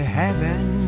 heaven